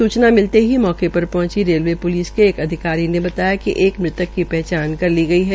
सूचना मिलते ही मौके पर पहंची रेलवे की टीम के अधिकारी ने बताया कि एक मृतक की पहचान कर ली गई है